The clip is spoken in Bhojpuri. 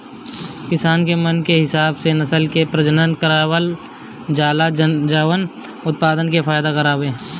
किसान के मन के हिसाब से नसल के प्रजनन करवावल जाला जवन उत्पदान में फायदा करवाए